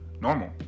normal